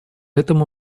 этому